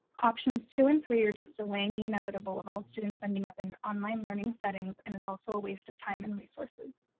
options two and three are just delaying the inevitable of all students ending up in online learning settings and is also a waste of time and resources.